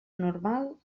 normal